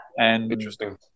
Interesting